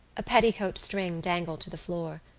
a petticoat string dangled to the floor.